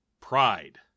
Pride